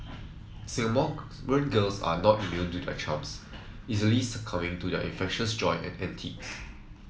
girls are not immune to their charms easily succumbing to their infectious joy and antics